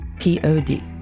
P-O-D